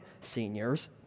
seniors